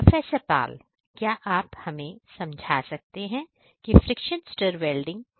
professor Pal क्या आप हमें समझा सकते हैं कि फ्रिक्शन स्टर वेल्डिंग कैसे काम करता है